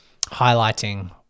highlighting